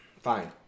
Fine